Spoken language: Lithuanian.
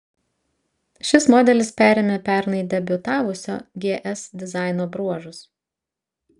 šis modelis perėmė pernai debiutavusio gs dizaino bruožus